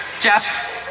jeff